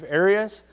areas